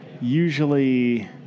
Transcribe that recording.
Usually